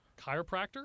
chiropractor